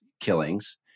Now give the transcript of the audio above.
killings